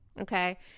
okay